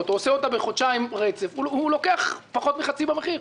ועושה אותה בחודשיים ברצף לוקח פחות מחצי מחיר.